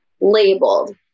labeled